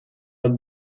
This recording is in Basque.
bat